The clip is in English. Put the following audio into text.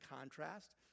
contrast